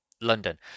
London